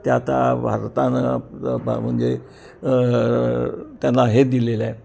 त्या आता भारतानं म्हणजे त्यांना हे दिलेलं आहे